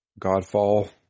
Godfall